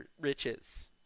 riches